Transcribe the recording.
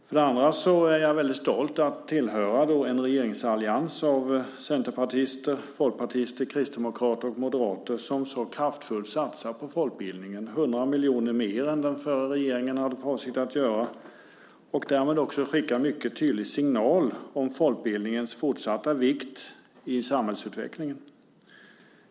För det andra är jag mycket stolt över att tillhöra en regeringsallians, bestående av centerpartister, folkpartister, kristdemokrater och moderater, som så kraftfullt satsar på folkbildningen - 100 miljoner mer än den förra regeringen hade för avsikt att satsa - och därmed också skickar en tydlig signal om folkbildningens fortsatta vikt i samhällsutvecklingen.